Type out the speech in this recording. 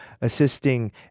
assisting